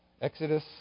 Exodus